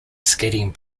skating